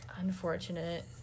Unfortunate